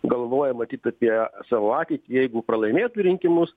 galvoja matyt apie savo ateitį jeigu pralaimėtų rinkimus